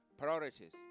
Priorities